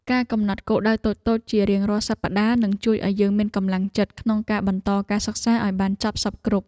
ការកំណត់គោលដៅតូចៗជារៀងរាល់សប្តាហ៍នឹងជួយឱ្យយើងមានកម្លាំងចិត្តក្នុងការបន្តការសិក្សាឱ្យបានចប់សព្វគ្រប់។